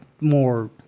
more